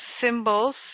symbols